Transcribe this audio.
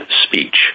speech